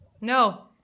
No